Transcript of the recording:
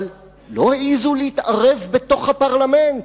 אבל לא העזו להתערב בתוך הפרלמנט.